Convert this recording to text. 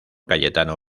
cayetano